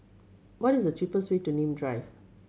what is the cheapest way to Nim Drive